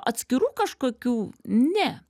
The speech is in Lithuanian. atskirų kažkokių ne